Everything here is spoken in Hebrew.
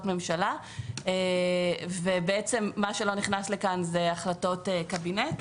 ממשלה ומה שלא נכנס לכאן זה החלטות קבינט.